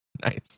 Nice